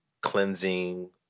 cleansing